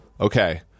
okay